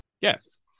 Yes